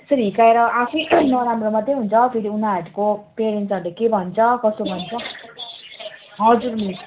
यसरी हिर्काएर आफैँ नराम्रो मात्र हुन्छ फेरि उनीहरूको पेरेन्ट्सहरूले के भन्छ कसो भन्छ हजुर मिस